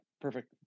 perfect